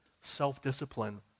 self-discipline